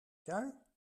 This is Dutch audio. jaar